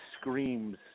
screams